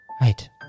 Right